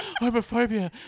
Homophobia